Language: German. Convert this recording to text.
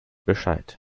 bescheid